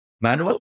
Manual